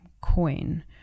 coin